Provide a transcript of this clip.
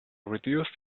reduced